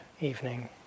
evening